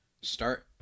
Start